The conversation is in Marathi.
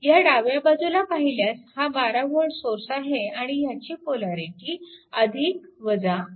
ह्या डाव्या बाजूला पाहिल्यास हा 12V सोर्स आहे आणि ह्याची पोलॅरिटी अशी आहे